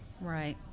Right